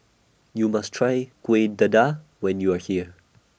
YOU must Try Kuih Dadar when YOU Are here